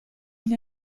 une